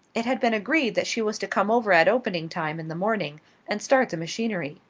it had been agreed that she was to come over at opening time in the morning and start the machinery.